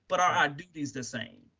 but are on duties the same.